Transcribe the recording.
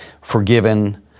forgiven